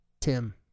tim